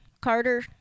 Carter